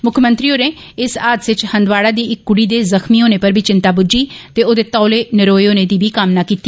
मुक्खमंत्री होर्रे इस हादसे च हंदवाड़ा दी इक कुड़ी दे जख्मी होने पर बी चिन्ता बुज्झी ते ओदे तौले नरोए होने दी बी कामना कीती